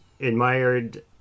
admired